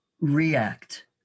react